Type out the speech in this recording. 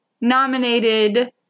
nominated